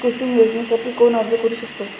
कुसुम योजनेसाठी कोण अर्ज करू शकतो?